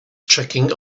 tricking